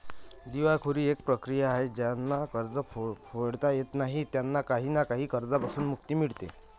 दिवाळखोरी एक प्रक्रिया आहे ज्यांना कर्ज फेडता येत नाही त्यांना काही ना काही कर्जांपासून मुक्ती मिडते